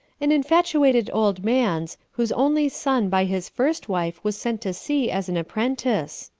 an infatuated old man's, whose only son by his first wife was sent to sea as an apprentice.